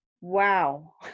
wow